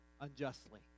unjustly